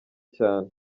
cyane